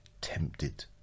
tempted